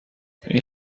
این